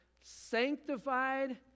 sanctified